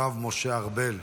הרב משה ארבל,